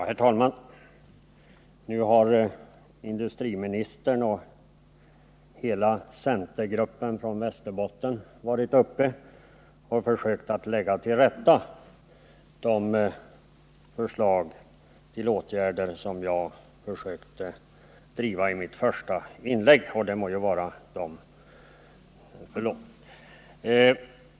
Herr talman! Nu har industriministern och hela centergruppen från Västerbotten varit uppe och försökt ”lägga till rätta” de förslag till åtgärder som jag förde fram i mitt första inlägg — och det må vara dem obetaget.